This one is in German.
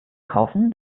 kaufen